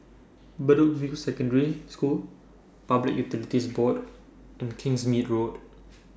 Bedok View Secondary School Public Utilities Board and Kingsmead Road